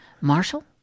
Marshall